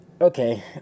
Okay